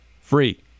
free